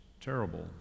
Terrible